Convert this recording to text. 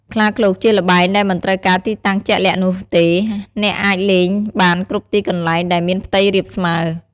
ខ្លាឃ្លោកជាល្បែងដែលមិនត្រូវការទីតាំងជាក់លាក់នោះទេអ្នកអាចលេងបានគ្រប់ទីកន្លែងដែលមានផ្ទៃរាបស្មើ។